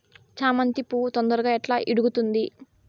చామంతి పువ్వు తొందరగా ఎట్లా ఇడుగుతుంది?